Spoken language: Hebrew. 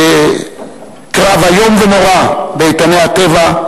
וקרב איום ונורא באיתני הטבע,